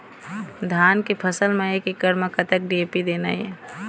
धान के फसल म एक एकड़ म कतक डी.ए.पी देना ये?